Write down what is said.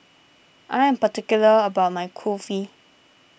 I am particular about my Kulfi